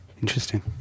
Interesting